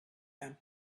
and